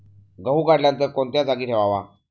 गहू काढल्यानंतर कोणत्या जागी ठेवावा?